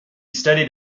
studied